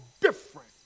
different